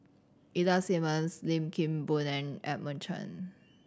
Ida Simmons Lim Kim Boon and Edmund Cheng